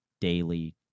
daily